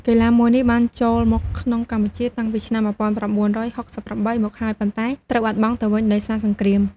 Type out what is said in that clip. កីឡាមួយនេះបានចូលមកក្នុងកម្ពុជាតាំងពីឆ្នាំ១៩៦៨ ម្ដងហើយ ប៉ុន្តែត្រូវបាត់បង់ទៅវិញដោយសារសង្គ្រាម ។